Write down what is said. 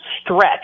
stretch